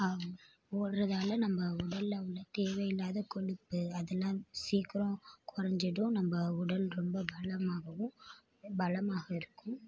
ஓடுறதால நம்ம உடலில் உள்ள தேவையில்லாத கொழுப்பு அதெல்லாம் சீக்கிரம் குறஞ்சிடும் நம்ம உடல் ரொம்ப பலமாகவும் பலமாக இருக்கும்